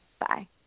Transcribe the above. Bye